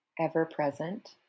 ever-present